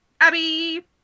Abby